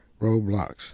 roadblocks